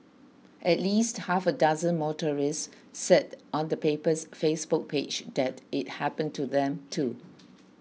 at least half a dozen motorists said on the paper's Facebook page that it happened to them too